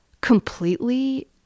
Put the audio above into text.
completely